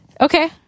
Okay